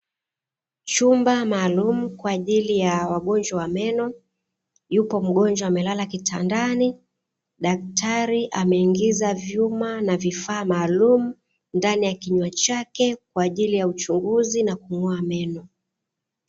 Chumba maalumu kwaajili ya wagonjwa wa meno yupo mgonjwa amelala kitandani, daktari ameingiza vyuma na vifaa maalumu ndani ya kinywa chake kwaajili ya uchunguzi na kung'oa meno.